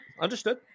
understood